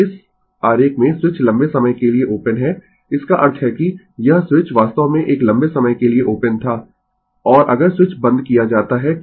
अब इस आरेख में स्विच लंबे समय के लिए ओपन है इसका अर्थ है कि यह स्विच वास्तव में एक लंबे समय के लिए ओपन था और अगर स्विच बंद किया जाता है t 0 पर i t को ज्ञात करें